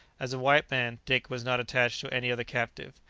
as a white man, dick was not attached to any other captive.